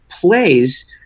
plays